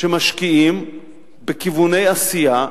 שמשקיעים בכיווני עשייה,